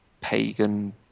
pagan